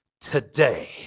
today